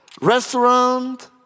restaurant